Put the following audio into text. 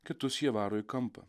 kitus jie varo į kampą